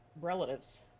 relatives